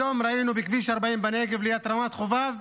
היום ראינו בכביש 40 בנגב, ליד רמת חובב,